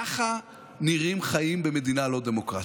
ככה נראים חיים במדינה לא דמוקרטית.